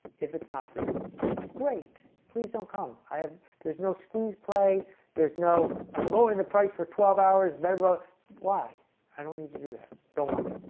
if it's not for you great, please don't come i have there's no squeeze play there's no um lowering the price for twelve hours metabolic why i don't need to do that don't want